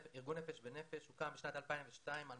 ארגון "נפש בנפש" הוקם בשנת 2002 על